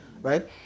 right